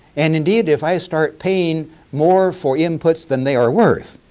and indeed if i start paying more for inputs then they are worth,